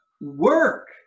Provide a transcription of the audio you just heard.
Work